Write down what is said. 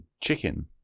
Chicken